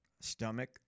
stomach